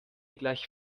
gleich